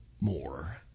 more